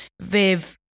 Viv